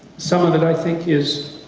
some of that i think is